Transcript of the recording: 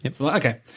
Okay